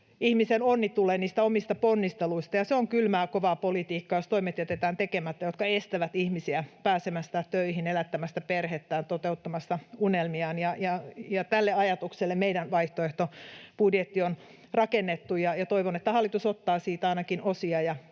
ihmisen onni tulee niistä omista ponnisteluista. Ja se on kylmää, kovaa politiikkaa, jos toimet jätetään tekemättä, mikä estää ihmisiä pääsemästä töihin, elättämästä perhettään, toteuttamasta unelmiaan. Tälle ajatukselle meidän vaihtoehtobudjettimme on rakennettu, ja toivon, että hallitus ottaa siitä ainakin osia